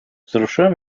wzruszyłem